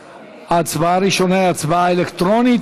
ההצבעה הראשונה היא הצבעה אלקטרונית,